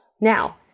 Now